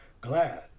Glad